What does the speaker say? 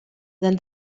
than